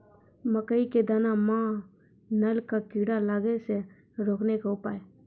मकई के दाना मां नल का कीड़ा लागे से रोकने के उपाय?